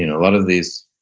a lot of these,